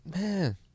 Man